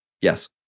Yes